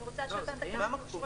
אני רוצה שאתה --- לא,